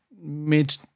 mid